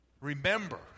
Remember